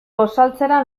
gosaltzera